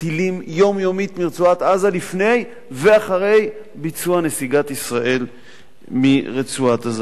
טילים יומיומית מרצועת-עזה לפני ואחרי ביצוע נסיגת ישראל מרצועת-עזה.